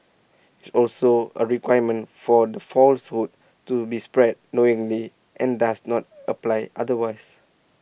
it's also A requirement for the falsehood to be spread knowingly and does not apply otherwise